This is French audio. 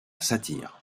satire